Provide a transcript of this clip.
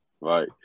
Right